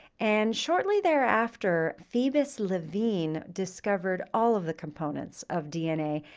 and shortly thereafter, phoebus levene discovered all of the components of dna,